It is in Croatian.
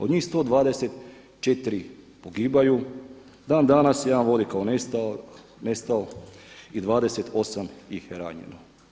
Od njih 124 pogibaju, dan danas se jedan vodi kao nestao i 28 ih je ranjeno.